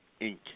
Inc